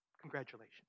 Congratulations